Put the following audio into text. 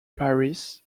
paris